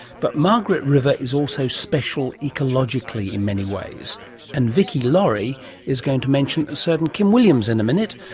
but margaret river is also special ecologically in many ways and vicki laurie is going to mention a certain kim williams in a minute,